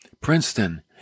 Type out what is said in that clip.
Princeton